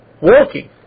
walking